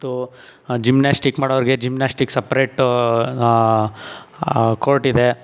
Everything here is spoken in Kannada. ಮತ್ತು ಜಿಮ್ನ್ಯಾಸ್ಟಿಕ್ ಮಾಡೋರ್ಗೆ ಜಿಮ್ನ್ಯಾಸ್ಟಿಕ್ ಸಪ್ರೇಟು ಕೋರ್ಟಿದೆ